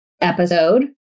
episode